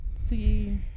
See